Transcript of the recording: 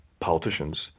politicians